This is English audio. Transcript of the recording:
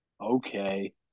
okay